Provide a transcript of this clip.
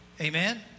Amen